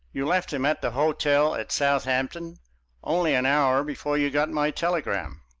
you left him at the hotel at southampton only an hour before you got my telegram.